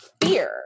fear